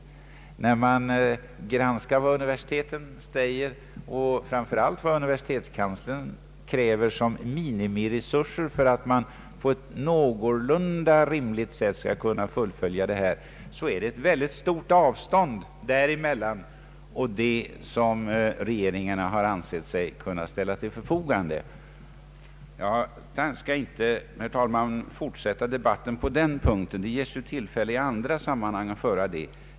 När man granskar vad universiteten säger och framför allt vad universitetskanslern kräver som minimiresurser för att på ett någorlunda rimligt sätt fullborda denna utbildning, så finner man att det är ett stort avstånd emellan detta och vad regeringen har ansett sig kunna ställa till förfogande. Jag skall inte fortsätta debatten på den punkten, ty det ges tillfällen att föra den diskussionen i andra sammanhang.